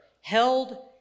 held